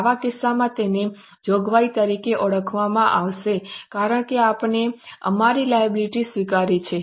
આવા કિસ્સામાં તેને જોગવાઈ તરીકે ઓળખવામાં આવશે કારણ કે આપણે અમારી લાયબિલિટી સ્વીકારી છે